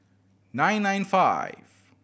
nine nine five